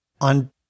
on